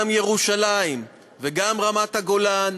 גם בירושלים וגם ברמת-הגולן,